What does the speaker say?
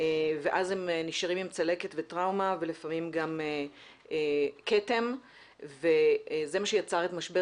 ואז הם נשארים עם צלקות וטראומה ולפעמים גם כתם וזה מה שיצר את משבר